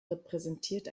repräsentiert